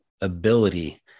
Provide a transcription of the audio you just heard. ability